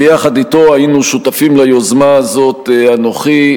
ביחד אתו היינו שותפים ליוזמה הזאת אנוכי,